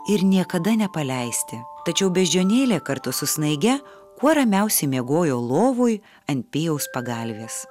ir niekada nepaleisti tačiau beždžionėlė kartu su snaige kuo ramiausiai miegojo lovoj ant pijaus pagalvės